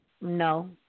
No